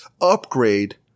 upgrade